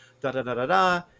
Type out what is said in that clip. da-da-da-da-da